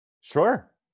Sure